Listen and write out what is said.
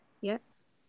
Yes